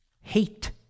hate